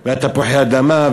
ותפוחי-האדמה,